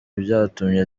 byatumye